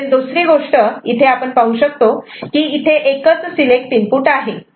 तसेच दुसरी गोष्ट इथे आपण पाहू शकतो की एकच सिलेक्ट इनपुट आहे